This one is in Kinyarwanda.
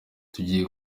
tugiye